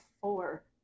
four